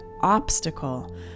obstacle